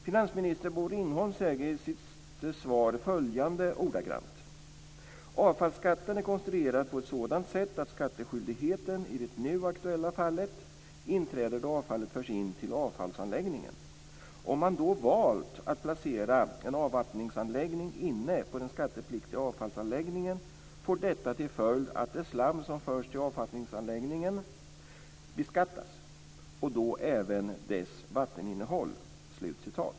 Finansminister Bosse Ringholm säger i sitt svar följande: "Avfallsskatten är konstruerad på ett sådant sätt att skattskyldigheten, i det nu aktuella fallet, inträder då avfallet förs in till avfallsanläggningen. Om man då valt att placera en avvattningsanläggning inne på den skattepliktiga avfallsanläggningen, får detta till följd att det slam som förs till avvattningsanläggningen beskattas, och då även dess vatteninnehåll."